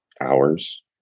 hours